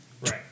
Right